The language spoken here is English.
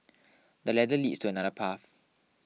the ladder leads to another path